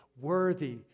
Worthy